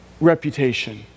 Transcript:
reputation